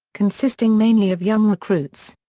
consisting mainly of young recruits.